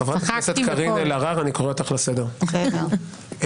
חברת הכנסת טלי גוטליב, בבקשה תצאי.